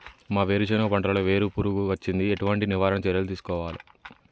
మా వేరుశెనగ పంటలలో వేరు పురుగు వచ్చింది? ఎటువంటి నివారణ చర్యలు తీసుకోవాలే?